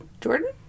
Jordan